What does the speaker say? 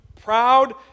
proud